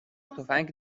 تفنگ